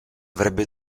avrebbe